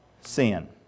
sin